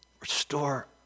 restore